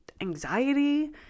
anxiety